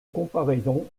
comparaison